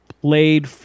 played